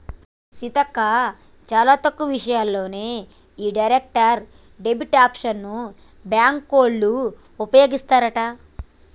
సీతక్క చాలా తక్కువ విషయాల్లోనే ఈ డైరెక్ట్ డెబిట్ ఆప్షన్ బ్యాంకోళ్ళు ఉపయోగిస్తారట